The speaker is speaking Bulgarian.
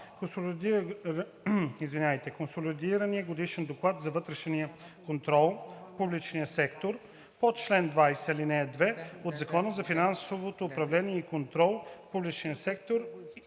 консолидирания годишен доклад за вътрешния контрол в публичния сектор по чл. 20, ал. 2 от Закона за финансовото управление и контрол в публичния сектор